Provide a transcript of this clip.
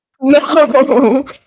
No